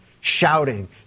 shouting